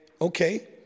okay